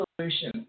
solution